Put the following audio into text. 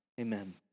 Amen